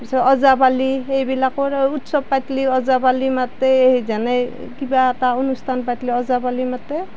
ওজাপালি এইবিলাকৰ উৎসৱ পাতিলে ওজাপালি মাতে সেই যেনে সেই কিবা এটা অনুষ্ঠান পাতিলে ওজাপালি মাতে